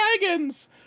dragons